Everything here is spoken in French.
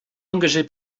engagé